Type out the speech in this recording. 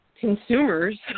consumers